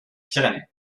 pyrénées